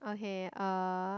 okay uh